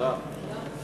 תודה רבה.